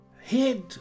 head